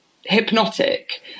hypnotic